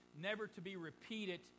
never-to-be-repeated